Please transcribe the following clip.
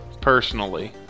personally